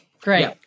great